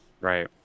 right